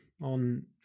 on